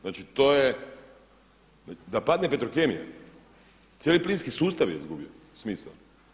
Znači to je, da padne Petrokemija, cijeli plinski sustav je izgubio smisao.